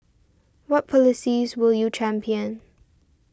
what policies will you champion